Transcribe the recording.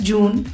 June